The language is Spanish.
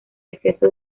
exceso